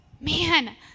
Man